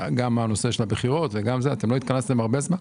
וגם בגלל הבחירות לא התכנסתם הרבה זמן.